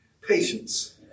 patience